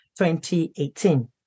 2018